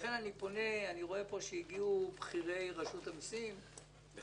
לכן אני פונה לבכירי רשות המיסים שהגיעו לכאן.